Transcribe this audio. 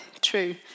true